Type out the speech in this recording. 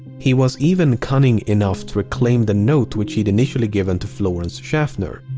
he was even cunning enough to reclaim the note which he'd initially given to florence schaffner.